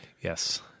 Yes